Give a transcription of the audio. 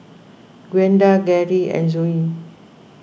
Gwenda Gerri and Zoie